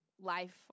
life